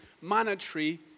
monetary